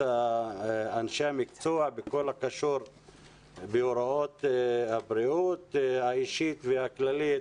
אנשי המקצוע בכל הקשור בבריאות האישית והכללית,